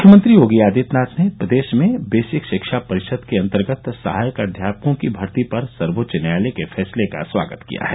मुख्यमंत्री योगी आदित्यनाथ ने प्रदेश में बेसिक शिक्षा परिषद के अन्तर्गत सहायक अध्यापकों की भर्ती पर सर्वोच्च न्यायालय के फैसले का स्वागत किया है